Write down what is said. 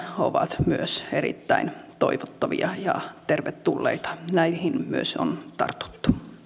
ovat myös erittäin toivottavia ja tervetulleita näihin on myös tartuttu